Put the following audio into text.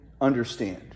understand